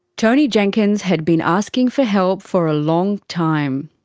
tony jenkins had been asking for help for a long time.